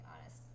honest